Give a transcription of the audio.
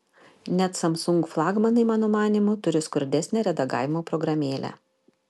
net samsung flagmanai mano manymu turi skurdesnę redagavimo programėlę